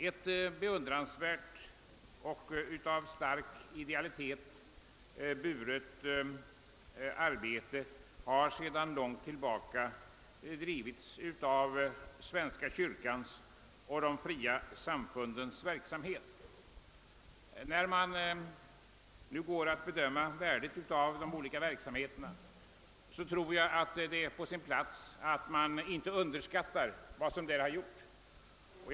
Ett beundransvärt och av stark idealitet buret arbete har sedan lång tid tillbaka bedrivits av den svenska kyrkan och av de fria samfunden i deras verksamhet på missionsfälten. När man nu går att bedöma värdet av de olika verksamheterna är det på sin plats att inte underskatta vad som där har uträttats.